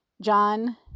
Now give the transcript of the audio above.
John